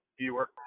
viewer